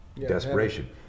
Desperation